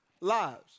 lives